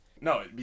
No